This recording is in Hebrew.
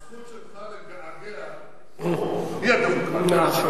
הזכות שלך לגעגע פה, היא הדמוקרטיה.